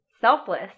selfless